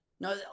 No